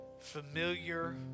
familiar